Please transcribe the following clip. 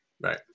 Right